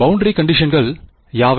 boundary கண்டிஷன்கல் யாவை